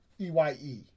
E-Y-E